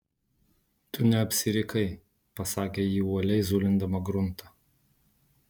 tu neapsirikai pasakė ji uoliai zulindama gruntą